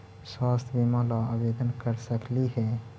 स्वास्थ्य बीमा ला आवेदन कर सकली हे?